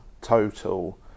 total